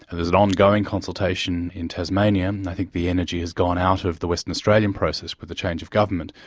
and there's an ongoing consultation in tasmania, and i think the energy has gone out of the western australian process with the change of government.